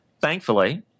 thankfully